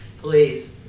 Please